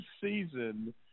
season